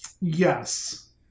Yes